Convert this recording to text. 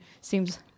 seems